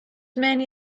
many